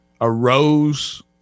arose